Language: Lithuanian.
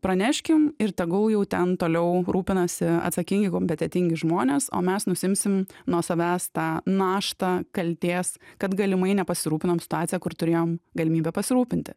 praneškim ir tegul jau ten toliau rūpinasi atsakingi kompetentingi žmonės o mes nusiimsim nuo savęs tą naštą kaltės kad galimai nepasirūpinom situacija kur turėjom galimybę pasirūpinti